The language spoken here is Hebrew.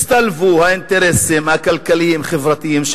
הצטלבו האינטרסים הכלכליים-חברתיים של